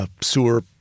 sewer